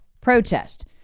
protest